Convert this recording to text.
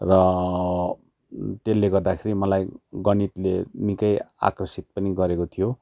र त्यसले गर्दाखेरि मलाई गणितले निकै आकर्षित पनि गरेको थियो